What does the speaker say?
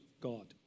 God